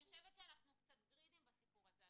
אני חושבת שאנחנו קצת גרידיים בסיפור הזה,